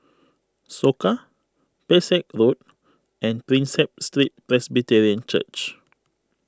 Soka Pesek Road and Prinsep Street Presbyterian Church